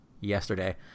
yesterday